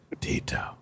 Tito